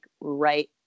right